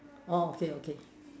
orh okay okay